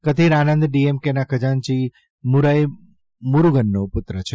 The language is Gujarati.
કથીર આનંદ ડીએમકેના ખજાનચી દુરાઇ મુરૂગનનો પુત્ર છે